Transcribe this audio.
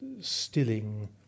stilling